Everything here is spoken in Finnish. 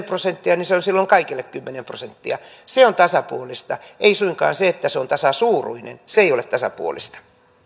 prosenttia niin se on silloin kaikille kymmenen prosenttia se on tasapuolista ei suinkaan se että se on tasasuuruinen se ei ole tasapuolista